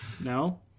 No